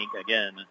again